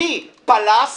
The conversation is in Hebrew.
אני פלס,